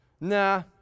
Nah